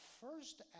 first